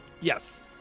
Yes